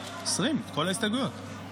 אז אם אי-אפשר לצרף את ההסתייגויות יחד,